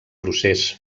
procés